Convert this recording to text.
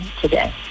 today